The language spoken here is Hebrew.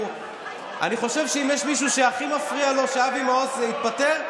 אני חושב שאם יש מישהו שהכי מפריע לו שאבי מעוז התפטר,